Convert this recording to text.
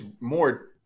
more